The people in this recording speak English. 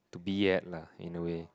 to be at lah in a way